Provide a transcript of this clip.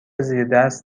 زیردست